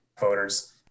voters